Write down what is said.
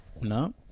No